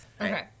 Okay